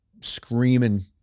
screaming